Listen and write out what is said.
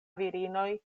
virinoj